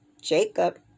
Jacob